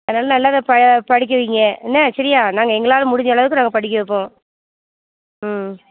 அதனால நல்லதை ப படிக்க வைங்க என்ன சரியா நாங்கள் எங்களால் முடிஞ்சளவுக்கு நாங்கள் படிக்க வைப்போம் ம்